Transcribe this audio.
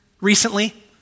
recently